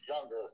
younger